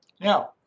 Now